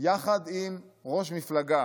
יחד עם ראש מפלגה